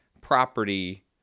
property